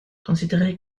considérez